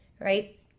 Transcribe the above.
right